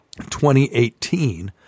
2018